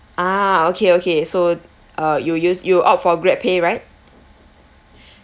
ah okay okay so uh you use you opt for grabpay right